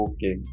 Okay